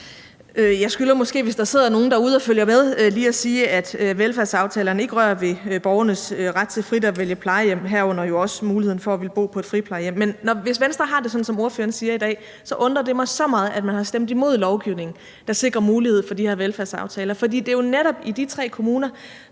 Jeg skylder måske – hvis der sidder nogle derude og følger med – lige at sige, at velfærdsaftalerne ikke rører ved borgernes ret til frit at vælge plejehjem, herunder jo også muligheden for at bo på et friplejehjem. Men hvis Venstre har det sådan, som ordføreren siger i dag, undrer det mig så meget, at man har stemt imod lovgivning, der sikrer mulighed for de her velfærdsaftaler, for det er jo netop i de tre kommuner,